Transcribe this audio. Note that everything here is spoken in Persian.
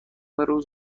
روز